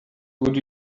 would